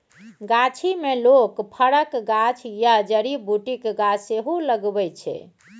गाछी मे लोक फरक गाछ या जड़ी बुटीक गाछ सेहो लगबै छै